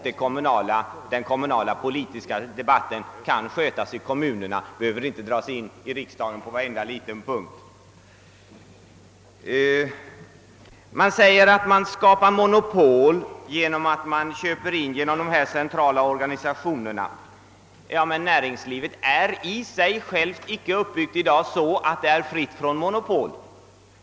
Den kommunala politiska debatten kan skötas i kommunerna. Den behöinte dras in i riksdagen på varenda liten punkt. Man säger att man skapar monopol genom att köpa genom dessa centrala organisationer. Emellertid är näringslivet i dag i sig självt icke uppbyggt så, att det är fritt från monopol.